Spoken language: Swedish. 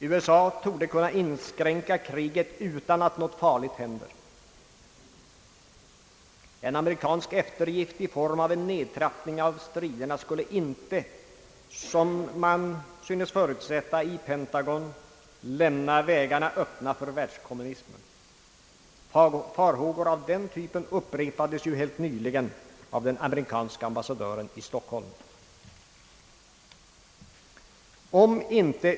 USA torde kunna inskränka kriget utan att något farligt händer. En amerikansk eftergift i form av en nedtrappning av striderna skulle inte, såsom man synes förutsätta i Pentagon, lämna vägarna Öppna för världskommunismen. Farhågor av den typen upprepades ju helt nyligen av den amerikanska ambassadören i Stockholm.